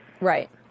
Right